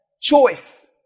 choice